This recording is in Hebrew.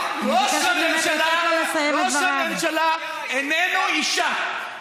ראש הממשלה איננו אישה,